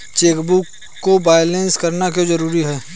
Chequebook को balance करना क्यों जरूरी है?